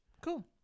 Cool